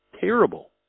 Terrible